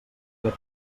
fred